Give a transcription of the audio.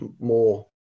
more